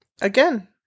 Again